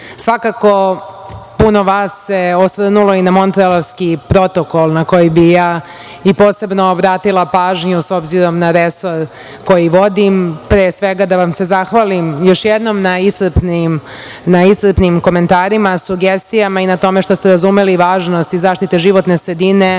evra. Svakako, puno vas se osvrnulo i na Montrealski protokol, na koji bi ja i posebno obratila pažnju, s obzirom na resor koji vodim. Pre svega, da vam se zahvalim još jednom na iscrpnim komentarima, sugestijama i na tome što ste razumeli važnost zaštite životne sredine,